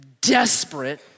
desperate